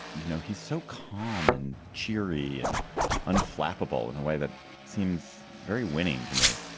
you know, he's so calm and cheery and unflappable in a way that seems very winning to me.